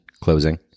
closing